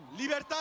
Libertad